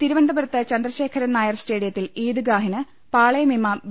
തിരു വനന്തപുരത്ത് ചന്ദ്രശേഖരൻനായർ സ്റ്റേഡിയത്തിൽ ഈദ്ഗാഹിന് പാളയം ഇമാം വി